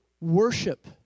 worship